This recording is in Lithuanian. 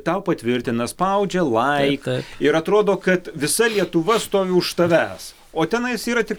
tau patvirtina spaudžia laik ir atrodo kad visa lietuva stovi už tavęs o tenais yra tik